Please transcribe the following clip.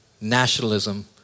nationalism